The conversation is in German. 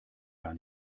gar